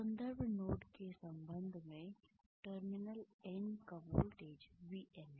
संदर्भ नोड के संबंध में टर्मिनल N का वोल्टेज VN है